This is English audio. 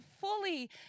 fully